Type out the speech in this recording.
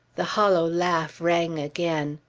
the hollow laugh rang again.